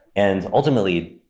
and ultimately,